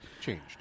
changed